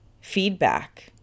feedback